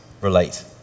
relate